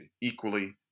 equally